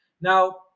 Now